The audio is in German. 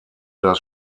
das